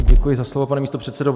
Děkuji za slovo, pane místopředsedo.